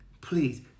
please